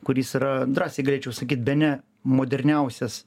kuris yra drąsiai galėčiau sakyt bene moderniausias